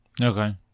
Okay